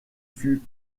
fut